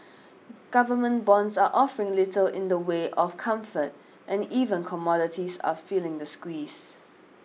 government bonds are offering little in the way of comfort and even commodities are feeling the squeeze